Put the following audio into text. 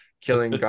killing